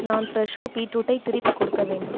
நான் ஃப்ரெஷோ பீட்ரூட்டை திருப்பிக் கொடுக்க வேண்டும்